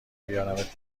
بیارمت